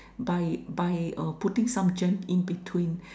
by by uh putting some jam in between